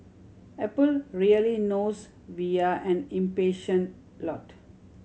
apple really knows we are an impatient lot